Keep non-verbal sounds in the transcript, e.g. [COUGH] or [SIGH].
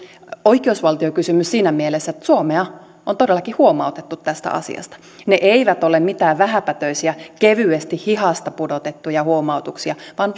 oikeusvaltiokysymys siinä mielessä että suomea on todellakin huomautettu tästä asiasta ne eivät ole mitään vähäpätöisiä kevyesti hihasta pudotettuja huomautuksia vaan [UNINTELLIGIBLE]